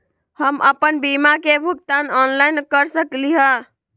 हम अपन बीमा के भुगतान ऑनलाइन कर सकली ह?